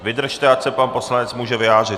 Vydržte, ať se pan poslanec může vyjádřit.